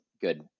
good